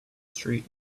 street